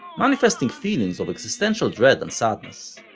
manifesting feelings of existential dread and sadness.